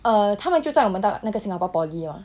uh 他们就载我们到那个 singapore polytechnic hor